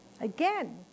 Again